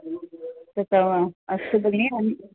कृतः अस्तु भगिनि अहम्